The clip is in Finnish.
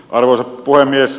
arvoisa puhemies